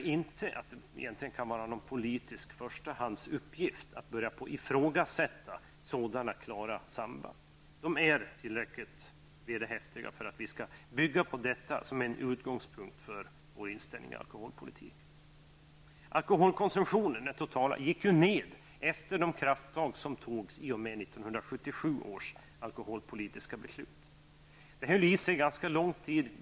Vi ser det inte som en politisk förstahandsupggift att börja ifrågasätta sådana klara samband. De är tillräckligt vederhäftiga för att vi skall kunna ha det som en utgångspunkt för inriktningen i alkoholpolitiken. Den totala alkoholkonsumtionen gick ju ner efter de krafttag som togs i och med 1977 års alkoholpolitiska beslut. Det har gått ganska lång tid sedan dess.